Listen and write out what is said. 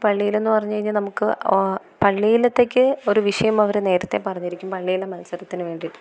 അപ്പോൾ പള്ളിയിലെന്ന് പറഞ്ഞുകഴിഞ്ഞാൽ നമുക്ക് പള്ളിയിലെത്തേക്ക് ഒരു വിഷയം അവർ നേരത്തെ പറഞ്ഞിരിക്കും പള്ളിയിലെ മത്സരത്തിനുവേണ്ടി